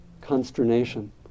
consternation